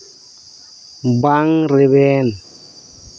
ᱵᱟᱝ ᱨᱮᱵᱮᱱ